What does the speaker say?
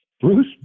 Bruce